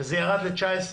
וזה ירד ל-19,